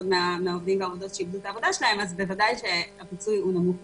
מהעובדים והעובדות שאיבדו את עבודתם אז בוודאי שהפיצוי נמוך מידי.